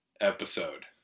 episode